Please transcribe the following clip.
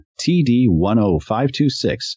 TD-10526